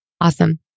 Awesome